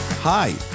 Hi